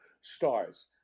stars